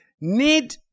need